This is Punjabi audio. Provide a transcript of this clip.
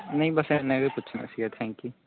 ਨਹੀਂ ਬੱਸ ਇੰਨਾਂ ਕੁ ਹੀ ਪੁੱਛਣਾ ਸੀਗਾ ਥੈਂਕ ਯੂ